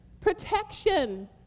Protection